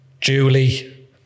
Julie